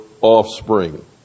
offspring